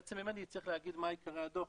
בעצם אם אני צריך להגיד מהם עיקרי הדו"ח,